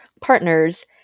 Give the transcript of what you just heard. partners